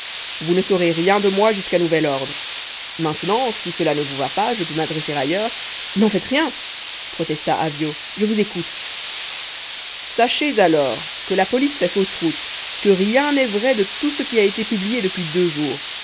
vous ne saurez rien de moi jusqu'à nouvel ordre maintenant si cela ne vous va pas je peux m'adresser ailleurs n'en faites rien protesta avyot je vous écoute sachez alors que la police fait fausse route que rien n'est vrai de tout ce qui a été publié depuis deux jours